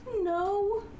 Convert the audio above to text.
No